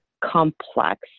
complex